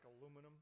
aluminum